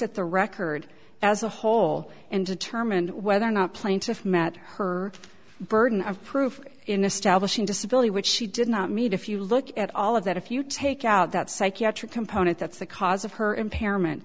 at the record as a whole and determined whether or not plaintiff met her burden of proof in establishing disability which she did not meet if you look at all of that if you take out that psychiatric component that's the cause of her impairment